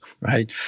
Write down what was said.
right